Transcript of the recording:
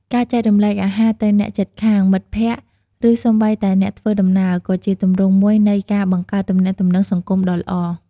ការចែករំលែកអាហារទៅអ្នកជិតខាង មិត្តភ័ក្តិ ឬសូម្បីតែអ្នកធ្វើដំណើរ ក៏ជាទម្រង់មួយនៃការបង្កើតទំនាក់ទំនងសង្គមដ៏ល្អ។